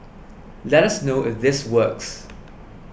let us know if this works